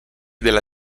della